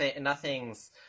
nothing's